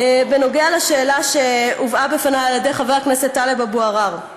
בנוגע לשאלה שהובאה בפניי על ידי חבר הכנסת טלב אבו עראר,